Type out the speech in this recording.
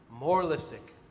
moralistic